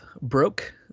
broke